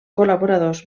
col·laboradors